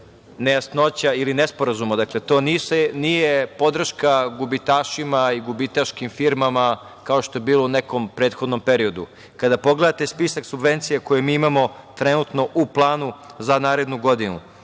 nejasnoća ili nesporazuma. Dakle, to nije podrška gubitašima i gubitaškim firmama kao što je bilo u nekom prethodnom periodu. Kada pogledate spisak subvencija koje mi imamo trenutno u planu za narednu godinu,